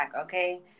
Okay